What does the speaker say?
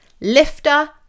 lifter